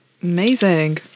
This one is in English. Amazing